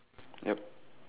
yup